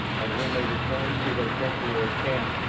and when they returned to their temporary camp,